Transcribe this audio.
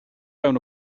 fewn